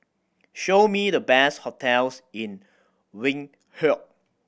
show me the best hotels in Windhoek